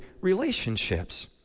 relationships